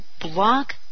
block